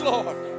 Lord